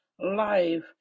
life